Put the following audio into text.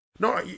No